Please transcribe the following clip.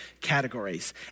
categories